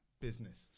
business